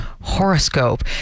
horoscope